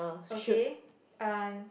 okay uh